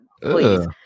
Please